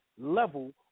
level